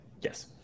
yes